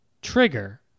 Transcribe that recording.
Trigger